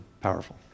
powerful